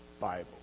Bible